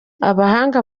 abahanga